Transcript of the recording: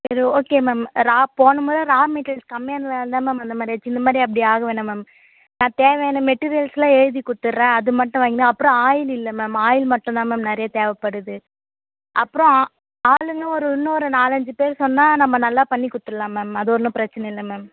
சரி okay ma'am raw போன முற ரா மெட்டீரியல்ஸ் கம்மியாக இருந்ததால் தான் மேம் அந்த மாதிரி ஆகிருச்சி இந்த மாதிரி அப்படி ஆக வேணாம் மேம் நான் தேவையான மெடீரியல்ஸ்ஸெலாம் எழுதிக் கொடுத்துர்றேன் அது மட்டும் வைங்க அப்புறம் ஆயில் இல்லை மேம் ஆயில் மட்டும்தான் மேம் நிறையா தேவைப்படுது அப்புறம் ஆ ஆளுங்களும் ஒரு இன்னும் ஒரு நாலஞ்சு பேர் சொன்னால் நம்ம நல்லா பண்ணி கொடுத்துர்லாம் மேம் அது ஒன்றும் பிரச்சின இல்லை மேம்